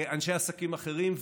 ואנשי עסקים אחרים.